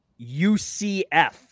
UCF